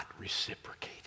reciprocated